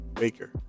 maker